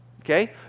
Okay